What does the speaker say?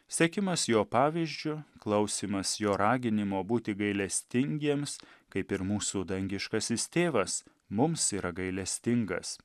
sekimas jo pavyzdžiu klausymas jo raginimo būti gailestingiems kaip ir mūsų dangiškasis tėvas mums yra gailestingas